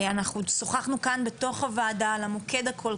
אנחנו שוחחנו כאן בתוך הוועדה על המוקד הכל